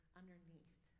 underneath